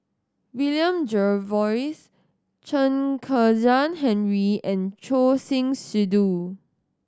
William Jervois Chen Kezhan Henri and Choor Singh Sidhu